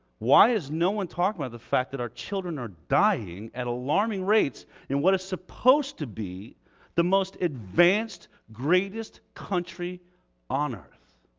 why is no one talking about the fact that our children are dying at alarming rates in what is supposed to be the most advanced greatest country on earth.